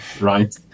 right